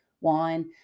wine